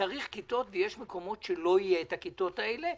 צריך כיתות ויש מקומות שבהם לא יהיו הכיתות האלה,